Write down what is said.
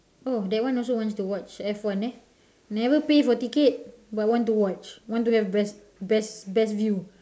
oh that one also want to watch F one eh never pay for ticket but want to watch want to have best best best view